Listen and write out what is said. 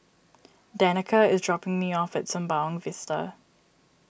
Danica is dropping me off at Sembawang Vista